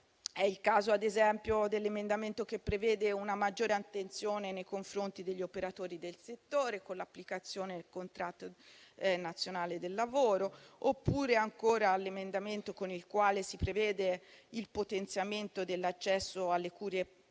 È il caso, ad esempio, dell'emendamento che prevede una maggiore attenzione nei confronti degli operatori del settore con l'applicazione del contratto nazionale del lavoro, oppure ancora dell'emendamento con il quale si prevede il potenziamento dell'accesso alle cure palliative.